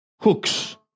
hooks